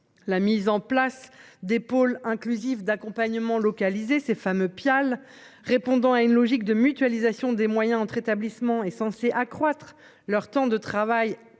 La mise en place des pôles inclusifs d'accompagnement localiser ces fameux pial, répondant à une logique de mutualisation des moyens entre établissements est censée accroître leur temps de travail